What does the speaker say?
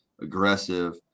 Aggressive